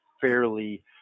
fairly